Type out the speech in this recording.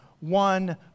one